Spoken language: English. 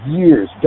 years